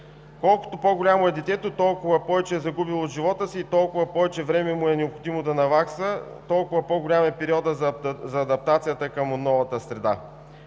Колкото по-голямо е детето, толкова повече е загубило от живота си, толкова повече време му е необходимо да навакса, толкова по-голям е периодът за адаптацията към новата среда.